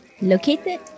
located